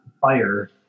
fire